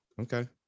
Okay